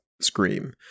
scream